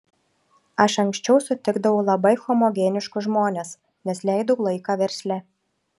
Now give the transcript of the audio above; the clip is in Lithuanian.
aš anksčiau sutikdavau labai homogeniškus žmones nes leidau laiką versle